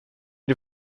die